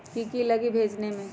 की की लगी भेजने में?